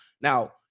Now